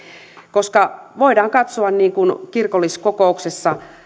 koska voidaan katsoa niin kuin kirkolliskokouksessa